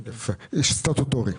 סטטוטורי.